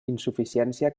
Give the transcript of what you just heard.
insuficiència